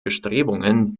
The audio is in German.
bestrebungen